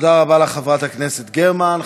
תודה רבה לך, חברת הכנסת גרמן.